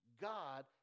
God